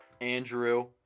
Andrew